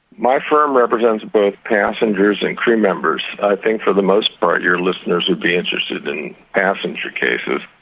my firm represents both passengers and crewmembers. i think for the most part your listeners would be interested in passenger cases.